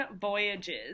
Voyages